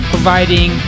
providing